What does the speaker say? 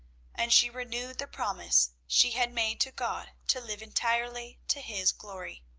and she renewed the promise she had made to god to live entirely to his glory.